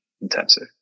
intensive